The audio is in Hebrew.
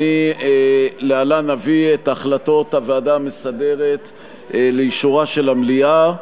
להלן אביא את החלטות הוועדה המסדרת לאישורה של המליאה.